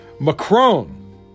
Macron